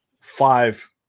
five